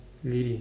lady